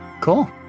Cool